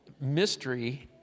mystery